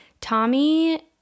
Tommy